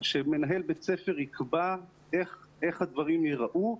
שמנהל בית ספר יקבע איך הדברים ייראו.